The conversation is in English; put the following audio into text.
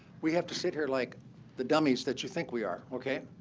we have to sit here like the dummies that you think we are, ok?